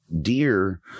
deer